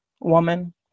woman